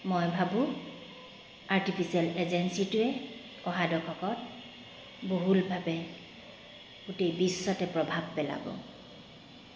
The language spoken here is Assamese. মই ভাবোঁ আৰ্টিফিচিয়েল ইন্টেলিজেন্সে অহা দশকত বহুলভাৱে গোটেই বিশ্বতে প্ৰভাৱ পেলাব